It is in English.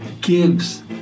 gives